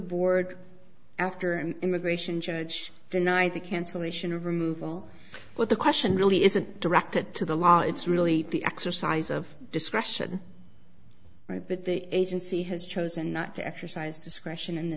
board after an immigration judge denied the cancellation of removal but the question really isn't directed to the law it's really the exercise of discretion but the agency has chosen not to exercise discretion